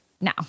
now